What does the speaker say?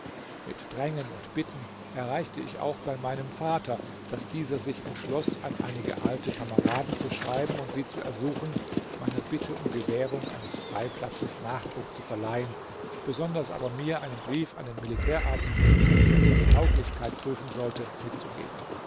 mit drängen und bitten erreichte ich auch bei meinem vater daß dieser sich entschloß an einige alte kameraden zu schreiben und sie zu ersuchen meiner bitte um gewährung eines freiplatzes nachdruck zu verleihen besonders aber mir einen brief an den militärarzt der mich auf meine tauglichkeit prüfen sollte mitzugeben